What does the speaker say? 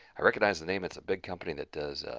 i recognize the name, it's a big company that does